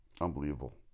Unbelievable